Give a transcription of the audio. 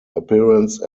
appearance